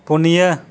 ᱯᱩᱱᱤᱭᱟᱹ